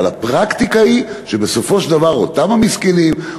אבל הפרקטיקה היא שבסופו של דבר אותם המסכנים,